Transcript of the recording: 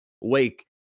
Wake